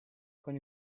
con